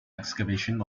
excavation